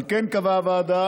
על כן קבעה הוועדה